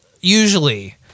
usually